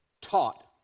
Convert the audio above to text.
taught